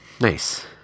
Nice